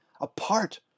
apart